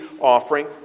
offering